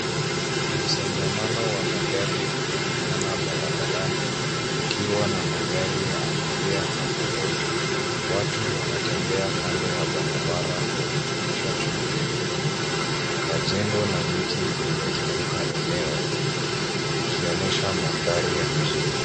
Msongamano wa magari unaonekana barabarani ukiwa na magari ya abiria na malori. Watu wanatembea kando ya barabara wakionyesha shughuli nyingi. Majengo na miti vimezunguka eneo, vikionyesha mandhari ya mjini.